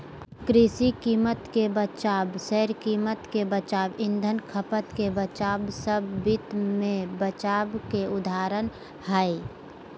कृषि कीमत के बचाव, शेयर कीमत के बचाव, ईंधन खपत के बचाव सब वित्त मे बचाव के उदाहरण हय